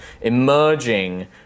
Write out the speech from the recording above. emerging